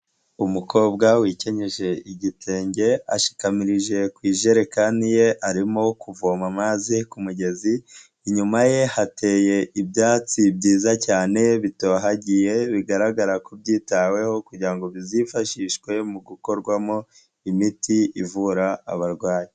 Umukobwa wikenyeje igitenge, ashikamirije ku ijerekani ye arimo kuvoma amazi ku mugezi, inyuma ye hateye ibyatsi byiza cyane bitohagiye, bigaragara ko byitaweho kugira ngo bizifashishwe mu gukorwamo imiti ivura abarwayi.